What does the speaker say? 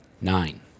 Nine